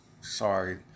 Sorry